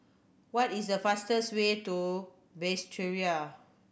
what is the fastest way to Basseterre